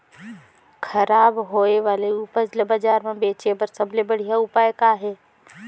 खराब होए वाले उपज ल बाजार म बेचे बर सबले बढ़िया उपाय का हे?